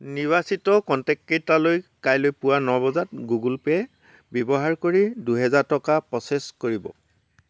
নিৰ্বাচিত কনটেক্টকেইটালৈ কাইলৈ পুৱা ন বজাত গুগল পে' ব্যৱহাৰ কৰি দুহেজাৰ টকা প্ৰ'চেছ কৰিব